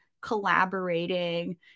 collaborating